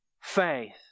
faith